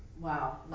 Wow